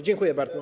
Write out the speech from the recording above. Dziękuję bardzo.